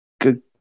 good